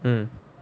hmm